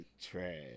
Trash